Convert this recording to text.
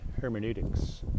hermeneutics